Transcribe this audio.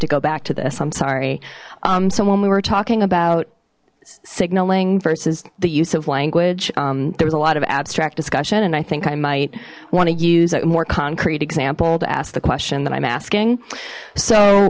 to go back to this i'm sorry so when we were talking about signaling versus the use of language there was a lot of abstract discussion and i think i might want to use a more concrete example to ask the question that i'm asking so